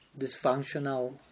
dysfunctional